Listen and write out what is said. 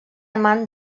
amant